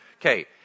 Okay